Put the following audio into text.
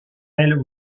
elle